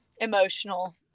emotional